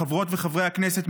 חברות וחברי הכנסת,